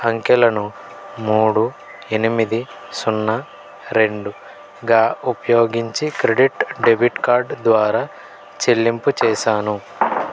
అంకెలను మూడు ఎనిమిది సున్నా రెండుగా ఉపయోగించి క్రెడిట్ డెబిట్ కార్డ్ ద్వారా చెల్లింపు చేశాను